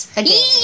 again